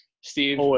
Steve